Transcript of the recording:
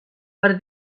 per